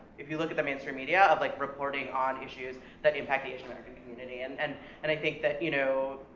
if you look at the mainstream media of like reporting on issues that impact the asian american community, and and and i think that, you know,